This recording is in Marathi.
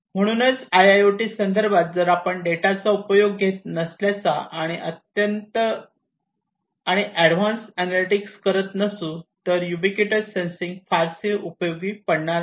म्हणूनच आयआयओटी संदर्भात जर आपण डेटाचा फायदा घेत नसल्यास आणि काही एडव्हान्स एनलेटिक्स करत नसू तर युबीक्युटस सेंसिंग फारसे उपयोगी ठरणार नाही